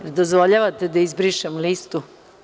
Jel mi dozvoljavate da izbrišem listu?